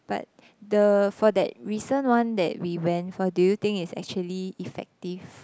but the for that recent one that we went for do you think it's actually effective